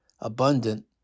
abundant